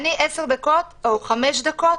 אני אדבר בחמש דקות